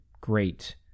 great